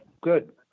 Good